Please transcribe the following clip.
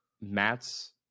Matt's